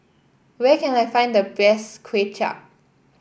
where can I find the best Kuay Chap